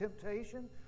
temptation